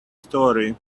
story